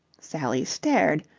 sally stared.